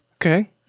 okay